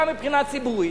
גם מבחינה ציבורית,